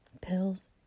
Pills